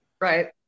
Right